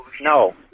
No